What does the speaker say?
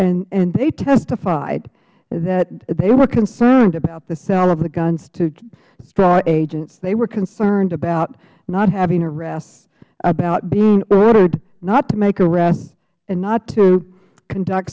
and they testified that they were concerned about the sale of the guns to straw agents they were concerned about not having arrests about being ordered not to make arrests and not to conduct